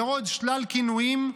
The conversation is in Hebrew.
ועוד שלל כינויים,